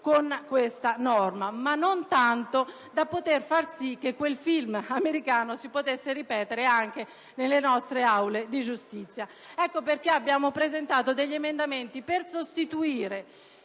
con questa norma, ma non tanto da poter far sì che quel film americano possa ripetersi anche nelle nostre aule di giustizia. Ecco perché abbiamo presentato alcuni emendamenti per sostituire